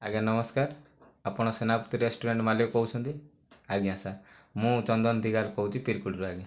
ଆଜ୍ଞା ନମସ୍କାର ଆପଣ ସେନାପତି ରେଷ୍ଟୁରାଣ୍ଟ ମାଲିକ କହୁଛନ୍ତି ଆଜ୍ଞା ସାର୍ ମୁଁ ଚନ୍ଦନ ଦିଗାଲ କହୁଛି ତୀରକୋଡିରୁ ଆଜ୍ଞା